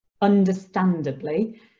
understandably